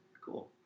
Cool